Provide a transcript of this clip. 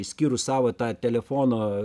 išskyrus savo tą telefono